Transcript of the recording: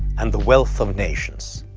and the wealth of nations.